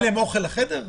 מביאים להם אוכל לחדר?